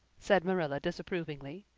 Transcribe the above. said marilla disapprovingly.